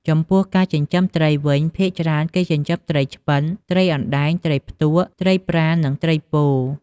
ចំពោះការចិញ្ចឹមត្រីវិញ ភាគច្រើនគេចិញ្ចឹម ត្រីឆ្ពិន ត្រីអណ្ដែង ត្រីផ្ទក់ ត្រីប្រា និងត្រីពោ...។